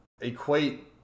equate –